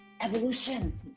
Evolution